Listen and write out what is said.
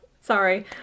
Sorry